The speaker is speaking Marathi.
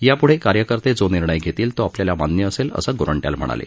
यापूढे कार्यकर्ते जो निर्णय घेतील तो आपल्याला मान्य असेल असं गोरंट्याल म्हणाले